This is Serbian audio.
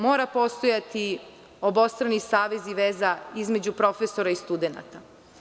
Mora postojati obostrani savez i veza između profesora i studenata.